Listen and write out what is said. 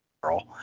girl